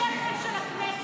זה אחר מרגעי השפל של הכנסת,